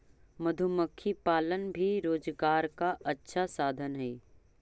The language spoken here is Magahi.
मधुमक्खी पालन भी रोजगार का अच्छा साधन हई